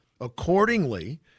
Accordingly